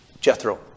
Jethro